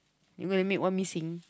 you gonna make one missing